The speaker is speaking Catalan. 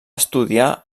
estudiar